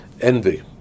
envy